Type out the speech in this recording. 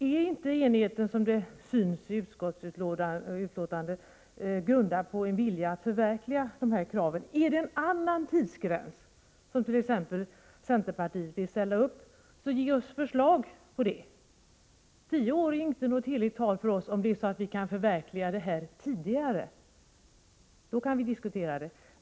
Är inte enigheten i utskottets betänkande grundad på en vilja att förverkliga dessa krav? Är det en annan tidsgräns som t.ex. centerpartiet vill ställa upp, så ge oss förslag om det. Tio år är inte något heligt tal för oss om vi kan förverkliga målet tidigare. Det kan diskuteras.